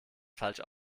falsch